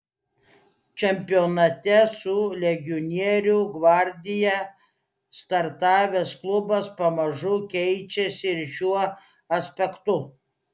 čempionate su legionierių gvardija startavęs klubas pamažu keičiasi ir šiuo aspektu